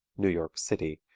new york city,